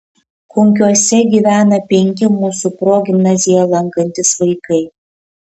kunkiuose gyvena penki mūsų progimnaziją lankantys vaikai